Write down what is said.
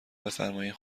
بفرمایین